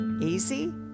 Easy